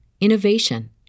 innovation